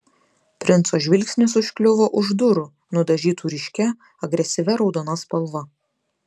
princo žvilgsnis užkliuvo už durų nudažytų ryškia agresyvia raudona spalva